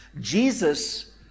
jesus